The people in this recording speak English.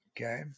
Okay